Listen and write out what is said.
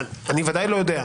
אני ודאי לא יודע.